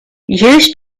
use